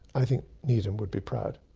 i think needham would be proud.